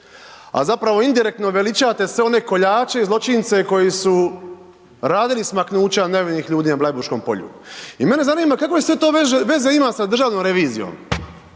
a zapravo indirektno veličate sve one kolače i zločince koji su radi smaknuća nevinih ljudi na Blajburškom polju. I mene zanima kakve sve to veze ima sa državnom revizijom